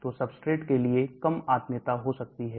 तो Substrate के लिए कम आत्मीयता हो सकती है